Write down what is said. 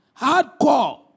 Hardcore